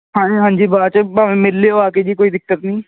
ਹਾਂਜੀ ਹਾਂਜੀ ਬਾਅਦ 'ਚ ਭਾਵੇਂ ਮਿਲ ਲਿਓ ਆ ਕੇ ਜੀ ਕੋਈ ਦਿੱਕਤ ਨਹੀਂ